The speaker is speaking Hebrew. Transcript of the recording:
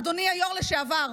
אדוני היו"ר לשעבר,